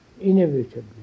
inevitably